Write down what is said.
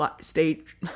stage